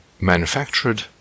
manufactured